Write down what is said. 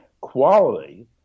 quality